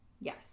Yes